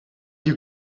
you